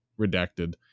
redacted